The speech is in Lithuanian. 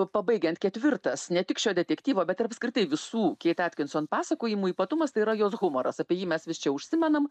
pabaigiant ketvirtas ne tik šio detektyvo bet ir apskritai visų keit atkinson pasakojimų ypatumas tai yra jos humoras apie jį mes vis čia užsimenam